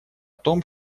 том